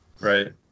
Right